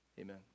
amen